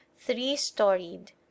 three-storied